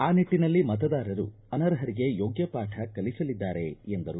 ಆ ನಿಟ್ಟನಲ್ಲಿ ಮತದಾರರು ಅನರ್ಹರಿಗೆ ಯೋಗ್ಯ ಪಾಠ ಕಲಿಸಲಿದ್ದಾರೆ ಎಂದರು